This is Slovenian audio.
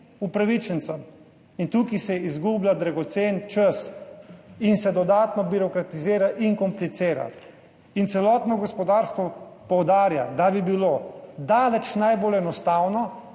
upravičencem. Tukaj se izgublja dragocen čas in se dodatno birokratizira in komplicira. Celotno gospodarstvo poudarja, da bi bilo daleč najbolj enostavno,